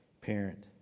parent